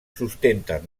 sustenten